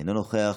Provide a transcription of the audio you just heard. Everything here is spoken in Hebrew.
אינו נוכח,